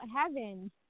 heaven